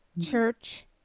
church